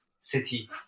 city